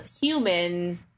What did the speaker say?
human